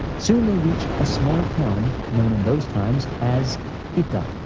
soon they reached a small town known in those times as ita,